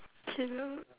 caleb